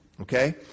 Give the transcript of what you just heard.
Okay